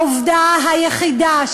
העובדה היחידה,